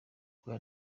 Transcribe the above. bwa